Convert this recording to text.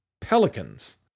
Pelicans